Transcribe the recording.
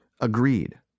agreed